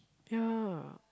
ya